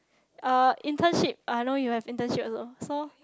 ah internship I know you have internship also so